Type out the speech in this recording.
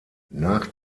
nach